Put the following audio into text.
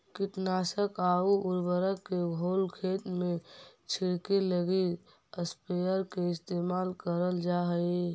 कीटनाशक आउ उर्वरक के घोल खेत में छिड़ऽके लगी स्प्रेयर के इस्तेमाल करल जा हई